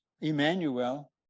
Emmanuel